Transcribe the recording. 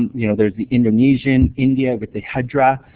you know, there's the indonesian, india with the hijra,